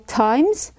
times